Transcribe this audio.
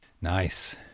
Nice